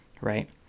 right